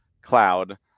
cloud